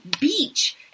beach